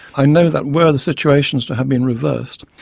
i know that were the situations to have been reversed,